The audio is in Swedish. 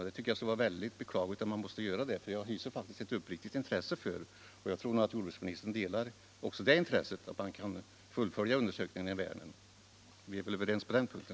Jag tycker det skulle vara väldigt beklagligt om man måste göra det, för jag hyser faktiskt ett uppriktigt intresse — och jag tror att jordbruksministern delar det intresset — för att undersökningarna i Vänern skall kunna fullföljas: Vi är väl i varje fall överens på den punkten?